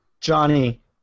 Johnny